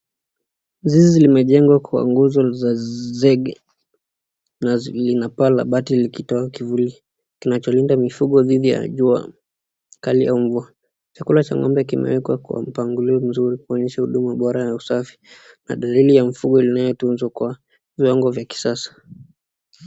Zizi limejengwa kwa nguzo za zege, lina paa la bati likitoa kivuli inacholinda mifugo dhidi ya jua kali au mvua. Chakula cha ng'ombe kimewekwa kwa mpangilio mzuri kuonyesha huduma bora na usafi na dalili ya mfumo inayotunzwa kwa viwango vya kisasa.